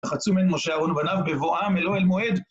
ורחצו ממנו משה אהרון ובניו בבואם אל אוהל מועד.